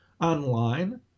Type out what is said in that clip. online